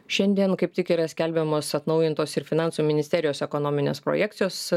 šiandien kaip tik yra skelbiamos atnaujintos ir finansų ministerijos ekonominės projekcijos